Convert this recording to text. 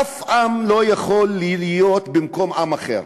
אף עם לא יכול להיות במקום עם אחר,